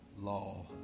law